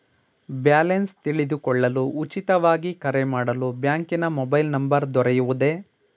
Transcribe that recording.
Balance ತಿಳಿದುಕೊಳ್ಳಲು ಉಚಿತವಾಗಿ ಕರೆ ಮಾಡಲು ಬ್ಯಾಂಕಿನ ಮೊಬೈಲ್ ನಂಬರ್ ದೊರೆಯುವುದೇ?